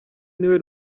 niwe